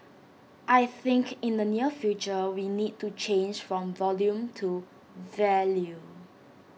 I think in the near future we need to change from volume to value